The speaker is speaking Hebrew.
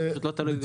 זה לא תלוי בי.